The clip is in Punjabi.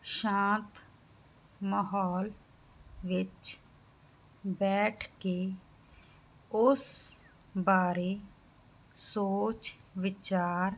ਸ਼ਾਂਤ ਮਾਹੌਲ ਵਿੱਚ ਬੈਠ ਕੇ ਉਸ ਬਾਰੇ ਸੋਚ ਵਿਚਾਰ